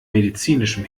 medizinischem